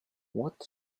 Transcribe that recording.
what